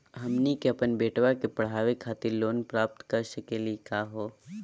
हमनी के अपन बेटवा क पढावे खातिर लोन प्राप्त कर सकली का हो?